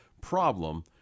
problem